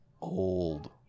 old